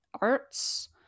arts